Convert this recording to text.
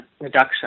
reduction